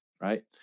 right